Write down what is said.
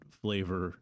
flavor